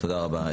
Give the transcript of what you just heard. תודה רבה.